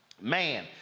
man